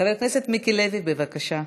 חבר הכנסת מיקי לוי, בבקשה.